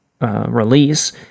release